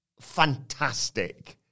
fantastic